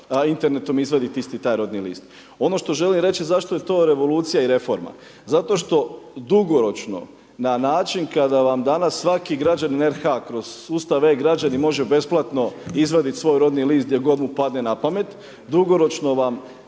internetom izvaditi isti taj rodni list. Ono što želim reći zašto je to revolucija i reforma, zato što dugoročno na način kada vam danas svaki građanin RH kroz sustav e-građani može besplatno izvaditi svoj rodni list gdje god mu padne na pamet, dugoročno vam